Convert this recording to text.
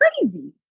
crazy